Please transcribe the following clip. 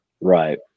Right